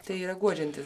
tai yra guodžianti